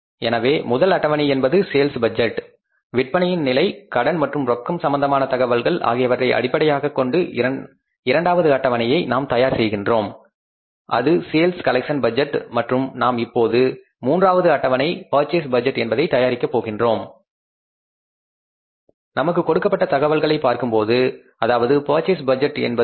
எனவே முதல் அட்டவணை என்பது சேல்ஸ் பட்ஜெட் விற்பனையின் நிலை கடன் மற்றும் ரொக்கம் சம்பந்தமான தகவல்கள் ஆகியவற்றை அடிப்படையாகக் கொண்டு இரண்டாவது அட்டவணையை நாம் தயார் செய்கின்றோம் அது சேல்ஸ் கலெக்சன் பட்ஜெட் மற்றும் நாம் இப்போது மூன்றாவது அட்டவணை பர்சேஸ் பட்ஜெட் என்பதை தயாரிக்கப் போகிறோம் நமக்கு கொடுக்கப்பட்ட தகவல்களை பார்க்கும்பொழுது அதாவது பர்ச்சேஸ் பட்ஜெட் என்பது என்ன